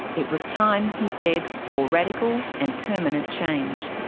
it was time, he said, for radical and permanent change.